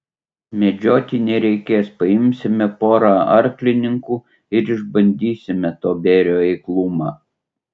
medžioti nereikės paimsime porą arklininkų ir išbandysime to bėrio eiklumą